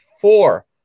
four